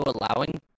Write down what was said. allowing